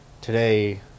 today